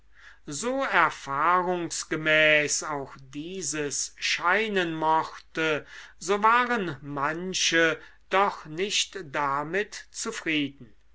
so erfahrungsgemäß auch dieses scheinen mochte so waren manche doch nicht damit zufrieden